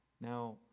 Now